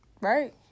Right